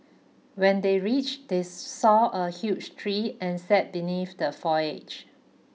when they reached they saw a huge tree and sat beneath the foliage